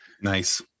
nice